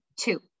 two